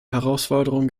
herausforderung